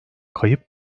kayıp